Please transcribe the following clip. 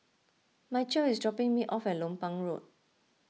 Mychal is dropping me off at Lompang Road